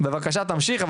בבקשה תמשיך,